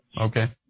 okay